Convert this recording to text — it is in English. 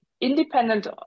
independent